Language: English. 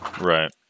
Right